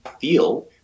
feel